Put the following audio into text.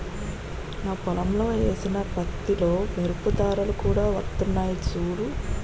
నా పొలంలో ఏసిన పత్తిలో మెరుపు దారాలు కూడా వొత్తన్నయ్ సూడూ